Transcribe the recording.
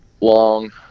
long